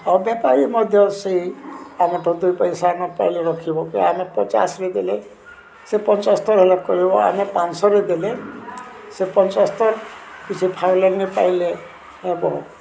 ଅବେପାରୀ ମଧ୍ୟ ସେଇ ଆମଠୁ ଦୁଇ ପଇସା ନପାଇଲେ ରଖିବ କି ଆମେ ପଚାଶରେ ଦେଲେ ସେ ପଚଶସ୍ତର ହେଲା କରିବ ଆମେ ପାଞ୍ଚ ଶହରେ ଦେଲେ ସେ ପଚଶସ୍ତର କିଛି ଫାଇଲନ୍ରେ ପାଇଲେ ହେବ